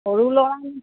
সৰু ল'ৰা